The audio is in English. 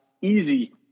easy